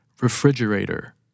Refrigerator